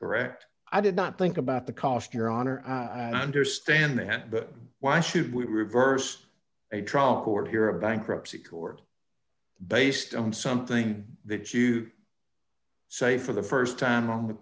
rrect i did not think about the cost your honor understanding that but why should we reverse a trial court here a bankruptcy court based on something that you say for the st time on the